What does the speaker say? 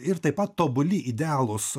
ir taip pat tobuli idealūs